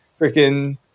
freaking